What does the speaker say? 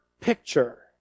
picture